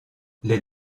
les